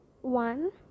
one